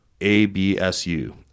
A-B-S-U